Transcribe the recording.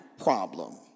problem